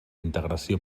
integració